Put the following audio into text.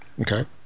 Okay